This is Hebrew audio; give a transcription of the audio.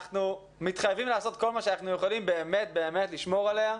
אנחנו מתחייבים לעשות כל מה שאנחנו יכולים באמת לשמור עליה.